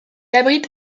abrite